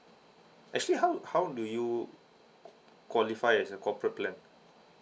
actually how how do you qualify as a corporate plan